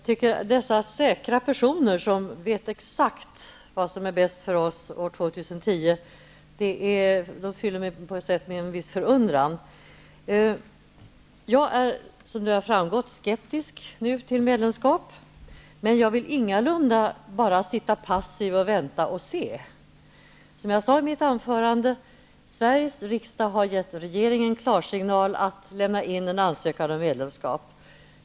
Herr talman! De personer som är så säkra, som exakt vet vad som är bäst för oss svenskar år 2010, gör mig på något sätt förundrad. Som det har framgått av debatten är jag skeptisk nu till ett medlemskap. Men jag vill ingalunda bara passivt avvakta. Som jag sade i mitt huvudanförande har Sveriges riksdag gett regeringen klarsignal att lämna in en ansökan om medlemskap.